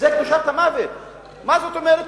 מה זאת אומרת?